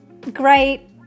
great